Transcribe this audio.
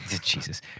Jesus